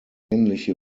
ähnliche